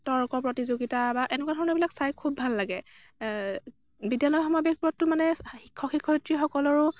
তৰ্ক প্ৰতিযোগিতা বা এনেকুৱা ধৰণৰবিলাক চাই খুব ভাল লাগে বিদ্য়ালয় সমাৱেশবোৰততো মানে শিক্ষক শিক্ষয়িত্ৰীসকলৰো